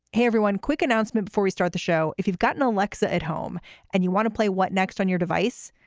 hey, everyone, quick announcement before we start the show. if you've gotten aleksa at home and you want to play what next on your device,